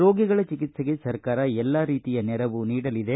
ರೋಗಿಗಳ ಚಿಕಿತ್ಸೆಗೆ ಸರ್ಕಾರ ಎಲ್ಲಾ ರೀತಿಯ ನೆರವು ನೀಡಲಿದೆ